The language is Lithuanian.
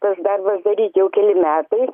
tas darbas daryt jau keli metai